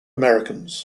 americans